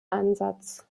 ansatz